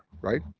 right